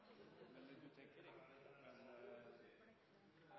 eller du